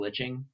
glitching